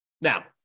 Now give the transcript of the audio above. Now